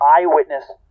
eyewitness